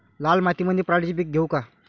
लाल मातीमंदी पराटीचे पीक घेऊ का?